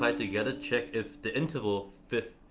um together. check if the interval, fifth,